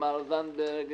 תמר זנדברג,